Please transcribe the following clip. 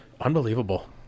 Unbelievable